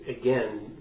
again